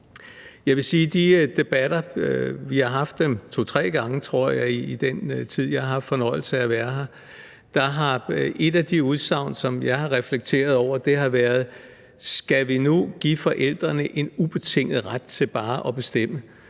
vi har haft – jeg tror, vi har haft dem to-tre gange i den tid, jeg har haft fornøjelsen af at være her – at et af de udsagn, som jeg har reflekteret over, har været, om vi nu skal give forældrene en ubetinget ret til bare at bestemme,